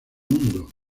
mundo